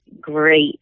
great